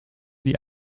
die